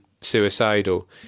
suicidal